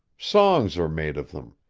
songs are made of them.